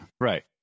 Right